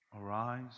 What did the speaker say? Arise